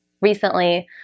recently